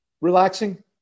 relaxing